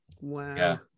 Wow